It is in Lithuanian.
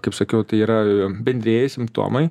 kaip sakiau tai yra bendrieji simptomai